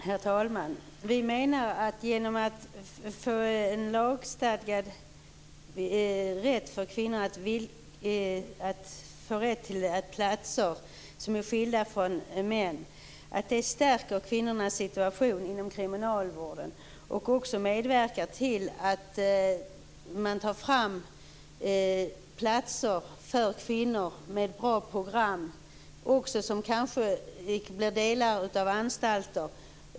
Herr talman! Vi menar att genom att kvinnor får en lagstadgad rätt till platser som är skilda från män stärks kvinnornas situation inom kriminalvården. Det medverkar också till att det tas fram platser för kvinnor med bra program, som kanske blir delar av anstalter.